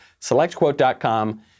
Selectquote.com